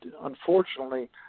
unfortunately